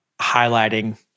highlighting